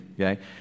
okay